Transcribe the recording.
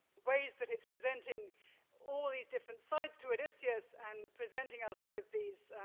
ways that it's presenting all these different sides to odysseus and presenting us with these